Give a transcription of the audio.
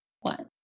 one